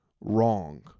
wrong